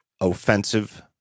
offensive